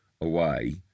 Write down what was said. away